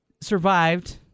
survived